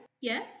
Yes